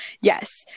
Yes